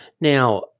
Now